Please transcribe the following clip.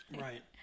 Right